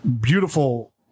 beautiful